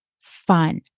fun